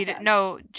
No